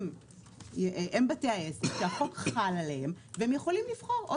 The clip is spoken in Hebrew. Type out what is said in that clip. הם בתי העסק שהחוק חל עליהם והם יכולות לבחור או